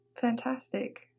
Fantastic